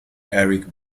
eric